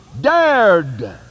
dared